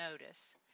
notice